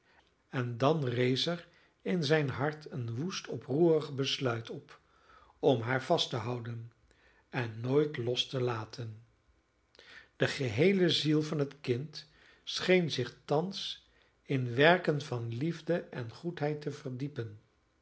en dan rees er in zijn hart een woest oproerig besluit op om haar vast te houden en nooit los te laten de geheele ziel van het kind scheen zich thans in werken van liefde en goedheid te verdiepen